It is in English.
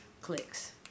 clicks